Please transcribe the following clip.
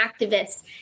activists